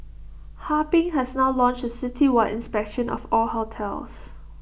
Harbin has now launched A citywide inspection of all hotels